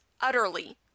utterly